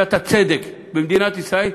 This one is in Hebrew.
עשיית הצדק במדינת ישראל,